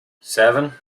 seven